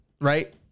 Right